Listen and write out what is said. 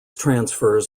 transfers